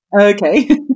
Okay